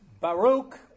Baruch